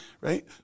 right